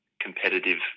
competitive